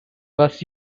was